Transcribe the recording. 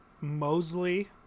Mosley